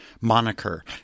moniker